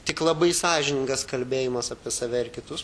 tik labai sąžiningas kalbėjimas apie save ir kitus